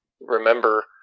remember